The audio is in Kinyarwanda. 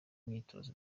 imyitozo